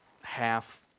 half